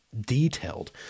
detailed